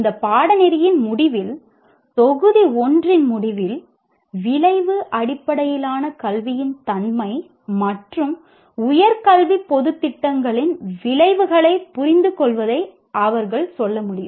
இந்த பாடநெறியின் முடிவில் தொகுதி 1 இன் முடிவில் விளைவு அடிப்படையிலான கல்வியின் தன்மை மற்றும் உயர் கல்வி பொதுத் திட்டங்களின் விளைவுகளைப் புரிந்துகொள்வதை அவர்கள் சொல்ல முடியும்